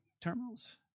terminals